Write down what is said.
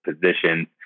positions